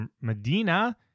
Medina